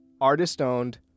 Artist-owned